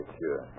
sure